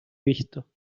visto